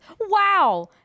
Wow